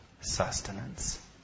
sustenance